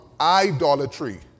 idolatry